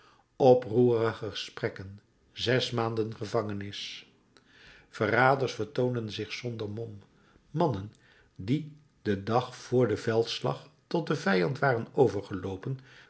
oproerige gesprekken zes maanden gevangenis verraders vertoonden zich zonder mom mannen die den dag vr den veldslag tot den vijand waren overgeloopen